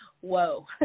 whoa